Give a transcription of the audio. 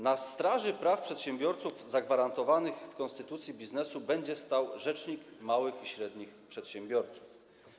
Na straży praw przedsiębiorców zagwarantowanych w konstytucji biznesu będzie stał rzecznik małych i średnich przedsiębiorców.